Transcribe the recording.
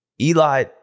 Eli